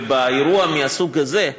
ובאירוע מהסוג הזה,